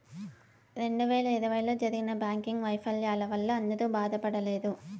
రెండు వేల ఇరవైలో జరిగిన బ్యాంకింగ్ వైఫల్యాల వల్ల అందరూ బాధపడలేదు